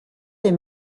les